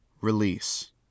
Release